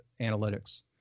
analytics